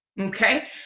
Okay